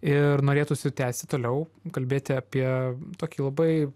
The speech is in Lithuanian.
ir norėtųsi tęsti toliau kalbėti apie tokį labai